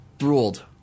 ruled